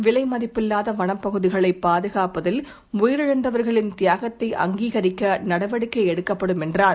விலைமதிப்பில்லாதவனப்பகுதிகளைப் பாதுகாப்பதில் உயிரிழந்தவர்களின் தியாகத்தை அங்கீகரிக்கநடவடிக்கைஎடுக்கப்படும் என்றார்